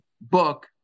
book